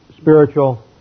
spiritual